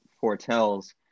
foretells